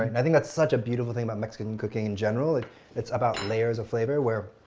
i think that's such a beautiful thing about mexican cooking, in general, it's about layers of flavor, where